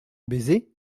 baiser